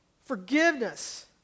forgiveness